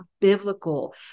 Biblical